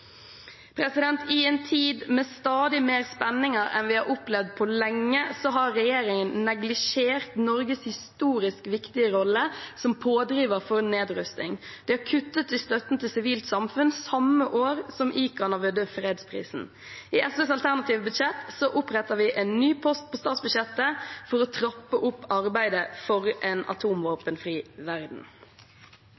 I en tid med mer spenninger enn vi har opplevd på lenge, har regjeringen neglisjert Norges historisk viktige rolle som pådriver for nedrustning. Det er kuttet i støtten til sivilt samfunn samme år som ICAN vant fredsprisen. I SVs alternative budsjett oppretter vi en ny post i statsbudsjettet for å trappe opp arbeidet for en